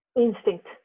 Instinct